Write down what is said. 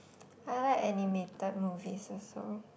I like animated movie also